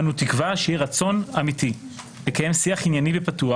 אנו תקווה שיהיה רצון אמיתי לקיים שיח ענייני ופתוח